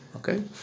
Okay